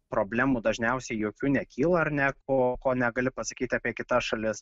problemų dažniausiai jokių nekyla ar ne ko ko negali pasakyt apie kitas šalis